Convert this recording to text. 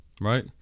right